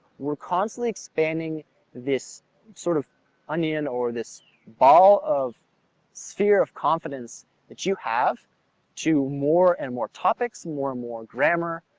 we're constantly expanding this sort of onion or this ball of sphere of confidence that you have to more and more topics, more and more grammar,